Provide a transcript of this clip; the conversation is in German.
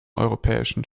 europäischen